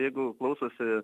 jeigu klausosi